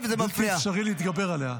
וזה בלתי אפשרי להתגבר עליה.